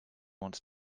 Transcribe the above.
wants